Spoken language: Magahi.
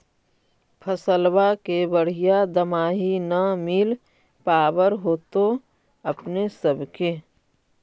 फसलबा के बढ़िया दमाहि न मिल पाबर होतो अपने सब के?